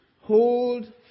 Hold